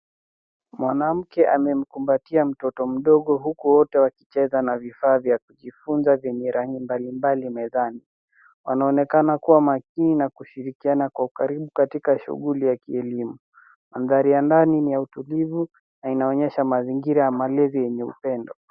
Mwanamke amemkumbatia mtoto mdogo huku wote wakicheza na vifaa vya kujifunza vyenye rangi mbalimbali mezani. Wanaonekana kuwa makini na kushirikiana kwa ukaribu katika shuguli ya kielimu. Mandhari ya ndani ni ya utulivu na inaonyesha mzingira ya malezi yenye upendo.